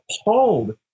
appalled